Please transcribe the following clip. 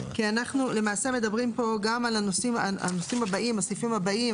כי אנחנו למעשה מדברים פה גם על הסעיפים הבאים,